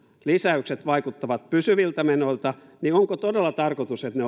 lisäykset vaikuttavat pysyviltä menoilta niin onko todella tarkoitus että ne